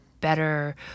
better